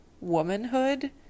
womanhood